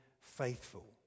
faithful